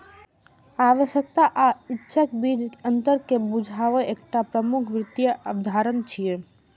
आवश्यकता आ इच्छाक बीचक अंतर कें बूझब एकटा प्रमुख वित्तीय अवधारणा छियै